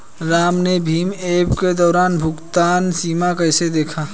राम ने भीम ऐप का दैनिक भुगतान सीमा कैसे देखा?